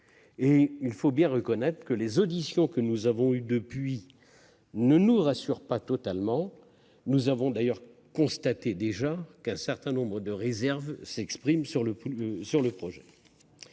Il faut bien le reconnaître, les auditions que nous avons eues depuis lors ne nous rassurent pas totalement. Nous avons d'ailleurs constaté déjà qu'un certain nombre de réserves s'exprimaient sur le sujet.